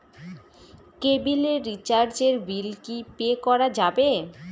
কেবিলের রিচার্জের বিল কি পে করা যাবে?